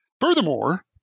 Furthermore